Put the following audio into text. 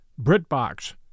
BritBox